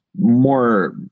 More